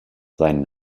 seinen